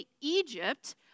Egypt